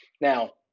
Now